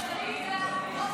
זוהי עמדת השר לביטחון לאומי.